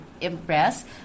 Impressed